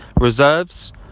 Reserves